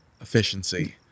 efficiency